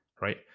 right